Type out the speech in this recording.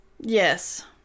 Yes